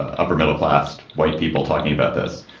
ah upper middle class white people talking about this.